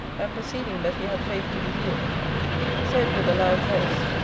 and perceiving that he had faith to be healed said with a loud voice,